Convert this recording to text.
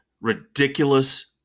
ridiculous